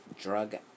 drug